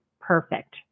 perfect